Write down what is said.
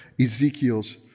Ezekiel's